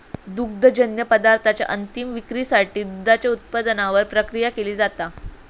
दुग्धजन्य पदार्थांच्या अंतीम विक्रीसाठी दुधाच्या उत्पादनावर प्रक्रिया केली जाता